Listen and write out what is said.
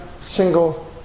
single